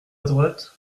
droite